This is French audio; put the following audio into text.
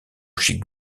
chic